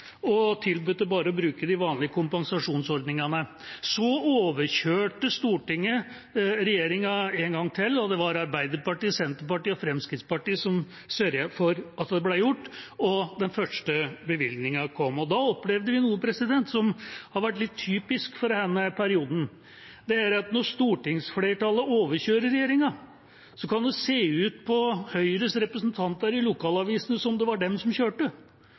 og tilbød bare å bruke de vanlige kompensasjonsordningene. Så overkjørte Stortinget regjeringa en gang til, og det var Arbeiderpartiet, Senterpartiet og Fremskrittspartiet som sørget for at det ble gjort, og at den første bevilgningen kom. Da opplevde vi noe som har vært litt typisk for denne perioden, og det er at når stortingsflertallet overkjører regjeringa, kan det av Høyres representanter i lokalavisene se ut som om det var de som kjørte.